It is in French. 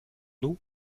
nous